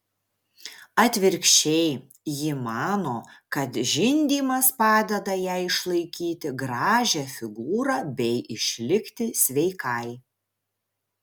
atvirkščiai ji mano kad žindymas padeda jai išlaikyti gražią figūrą bei išlikti sveikai